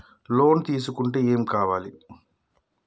Loan తీసుకుంటే ఏం కావాలి?